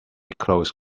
close